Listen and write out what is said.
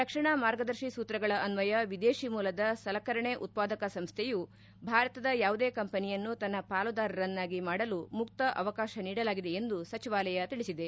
ರಕ್ಷಣಾ ಮಾರ್ಗದರ್ಶಿ ಸೂತ್ರಗಳ ಅನ್ವಯ ವಿದೇಶಿ ಮೂಲದ ಸಲಕರಣೆ ಉತ್ಪಾದಕ ಸಂಸ್ವೆಯು ಭಾರತದ ಯಾವುದೇ ಕಂಪನಿಯನ್ನು ತನ್ನ ಪಾಲುದಾರರನ್ನಾಗಿ ಮಾಡಲು ಮುಕ್ತ ಅವಕಾಶ ನೀಡಲಾಗಿದೆ ಎಂದು ಸಚಿವಾಲಯ ತಿಳಿಸಿದೆ